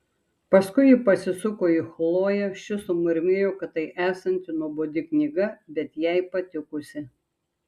paskui ji pasisuko į chloję ši sumurmėjo kad tai esanti nuobodi knyga bet jai patikusi